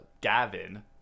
Gavin